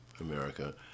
america